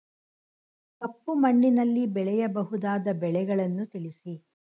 ಕಪ್ಪು ಮಣ್ಣಿನಲ್ಲಿ ಬೆಳೆಯಬಹುದಾದ ಬೆಳೆಗಳನ್ನು ತಿಳಿಸಿ?